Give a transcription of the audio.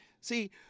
See